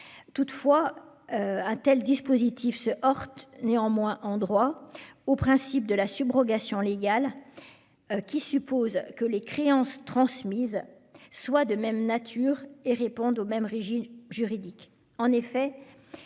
du prêt. Un tel dispositif se heurte néanmoins en droit au principe de la subrogation légale, qui suppose que les créances transmises soient de même nature et répondent au même régime juridique.